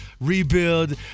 rebuild